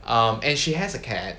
um and she has a cat